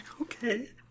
Okay